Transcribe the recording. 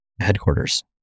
headquarters